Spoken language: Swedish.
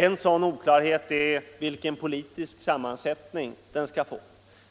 En sådan oklarhet är vilken politisk sammansättning nämnden skall få.